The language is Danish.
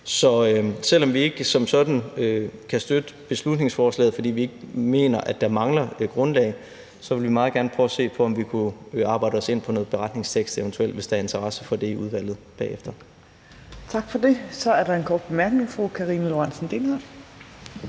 Så selv om vi ikke som sådan kan støtte beslutningsforslaget, fordi vi ikke mener, at der mangler et grundlag, vil vi meget gerne prøve at se på, om vi eventuelt kunne arbejde os ind på en beretning, hvis der er interesse for det i udvalget bagefter. Kl. 18:28 Fjerde næstformand (Trine Torp): Tak